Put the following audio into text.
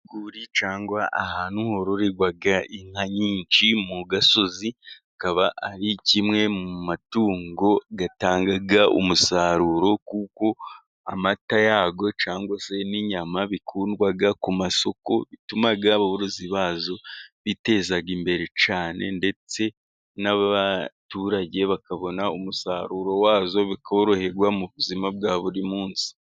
Urwuri cyangwa ahantu hororirwaga inka nyinshi, mu gasozi kaba ari kimwe mu matungo gatanga umusaruro, kuko amata yako cyane se n'inyama bikundwaga ku masuku bitumaga aborozi bazo bitezaga imbere cyane, ndetse n'abaturage bakabona umusaruro wazo, bakoroherwa mu buzima bwa buri munsi.